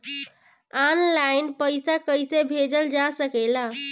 आन line पईसा कईसे भेजल जा सेकला?